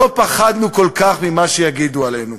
לא פחדנו כל כך ממה שיגידו עלינו.